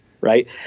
right